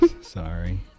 Sorry